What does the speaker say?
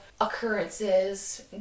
occurrences